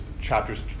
chapters